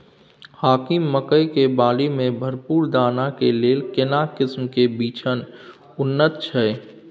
हाकीम मकई के बाली में भरपूर दाना के लेल केना किस्म के बिछन उन्नत छैय?